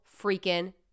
freaking